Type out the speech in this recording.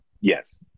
Yes